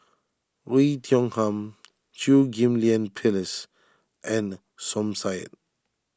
Oei Tiong Ham Chew Ghim Lian Phyllis and Som Said